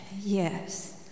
Yes